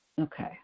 Okay